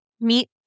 meet